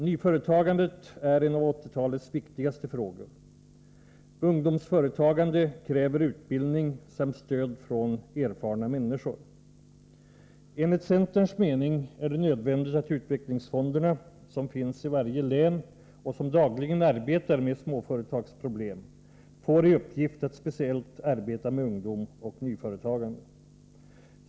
Nyföretagandet är en av 1980-talets viktigaste frågor. Ungdomsföretagande kräver utbildning samt stöd från erfarna människor. Enligt centerns mening är det nödvändigt att utvecklingsfonderna — som finns i varje län och som dagligen arbetar med småföretagsproblem — får i uppgift att speciellt arbeta med ungdom och nyföretagande.